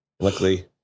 Luckily